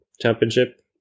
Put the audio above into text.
championship